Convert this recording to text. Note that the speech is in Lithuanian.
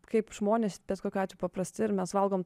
kaip žmonės bet kokiu atveju paprasti ir mes valgom